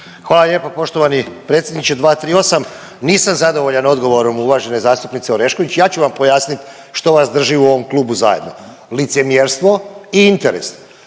Hvala lijepa poštovani predsjedniče. 238. Nisam zadovoljan odgovorom uvažene zastupnice Orešković. Ja ću vam pojasniti što vas drži u ovom klubu zajedno – licemjerstvo i interes.